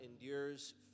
endures